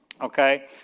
Okay